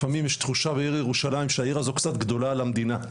לפעמים יש תחושה בעיר ירושלים שהעיר הזאת קצת גדולה על המדינה,